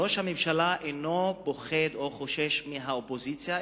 ראש הממשלה אינו פוחד או חושש מהאופוזיציה,